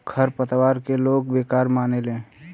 खर पतवार के लोग बेकार मानेले